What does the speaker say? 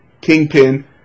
Kingpin